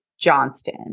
Johnston